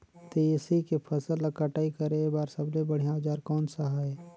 तेसी के फसल ला कटाई करे बार सबले बढ़िया औजार कोन सा हे?